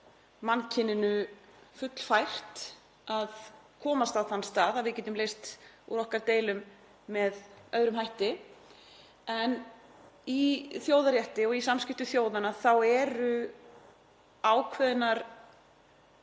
mannkynið fullfært um að komast á þann stað að við getum leyst úr okkar deilum með öðrum hætti. Í þjóðarétti og í samskiptum þjóða eru ákveðnar